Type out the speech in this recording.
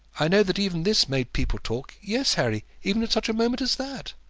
i know that even this made people talk yes, harry, even at such a moment as that!